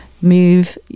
move